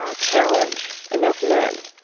ah challenge enough men,